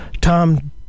Tom